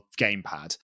gamepad